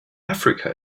africa